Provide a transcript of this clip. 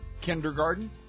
kindergarten